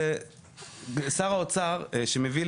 שר האוצר, שמביא